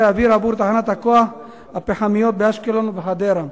אוויר לתחנות הכוח הפחמיות באשקלון ובחדרה.